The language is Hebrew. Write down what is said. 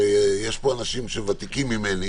יש פה אנשים ותיקים ממני